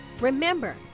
Remember